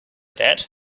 that